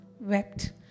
wept